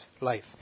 Life